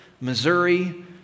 Missouri